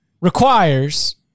requires